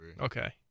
Okay